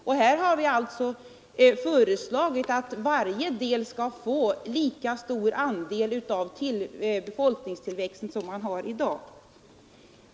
Och här har alltså centern föreslagit att varje område skall få lika stor andel av befolkningstillväxten som området har i dag.